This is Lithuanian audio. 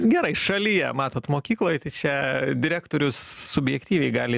gerai šalyje matot mokykloj tai čia direktorius subjektyviai gali